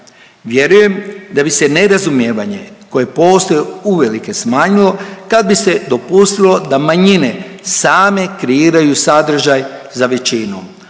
Vjerujem da bi se najrazumjevanije koje postoji uvelike smanjilo kad bi se dopustilo da manjine same kreiraju sadržaj za većinu.